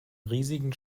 riesigen